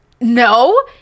No